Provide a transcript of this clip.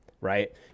right